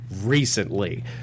recently